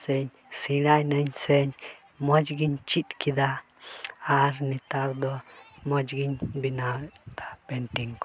ᱥᱮᱧ ᱥᱮᱬᱟᱭ ᱱᱟᱹᱧ ᱥᱮᱧ ᱢᱚᱡᱽ ᱜᱮᱧ ᱪᱤᱫ ᱠᱮᱫᱟ ᱟᱨ ᱱᱮᱛᱟᱨ ᱫᱚ ᱢᱚᱡᱽ ᱜᱮᱧ ᱵᱮᱱᱟᱣᱮᱫᱟ ᱯᱮᱱᱴᱤᱝ ᱠᱚ